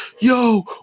yo